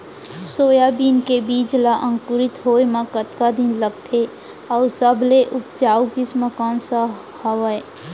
Soybean के बीज ला अंकुरित होय म कतका दिन लगथे, अऊ सबले उपजाऊ किसम कोन सा हवये?